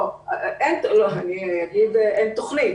אין תוכנית.